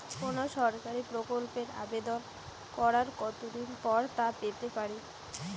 কোনো সরকারি প্রকল্পের আবেদন করার কত দিন পর তা পেতে পারি?